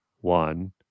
one